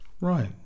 Right